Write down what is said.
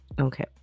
okay